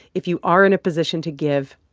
if you are in a position to give,